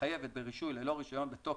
ברישוי ללא רישיון בתוקף,